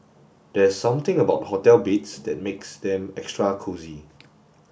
there's something about hotel beds that makes them extra cosy